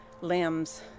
limbs